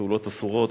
ופעולות אסורות,